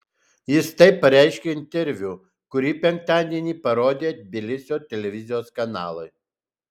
jis tai pareiškė interviu kurį penktadienį parodė tbilisio televizijos kanalai